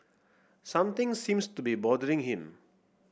something seems to be bothering him